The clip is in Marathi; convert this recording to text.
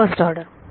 पहिली ऑर्डर